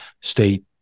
state